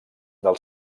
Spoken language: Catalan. del